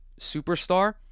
superstar